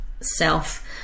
self